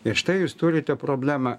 ir štai jūs turite problemą